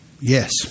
Yes